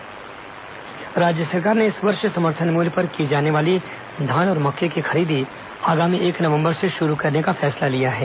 मंत्रिपरिषद फैसला राज्य सरकार ने इस वर्ष समर्थन मूल्य पर की जाने वाली धान और मक्के की खरीदी आगामी एक नवंबर से शुरू करने का फैसला लिया है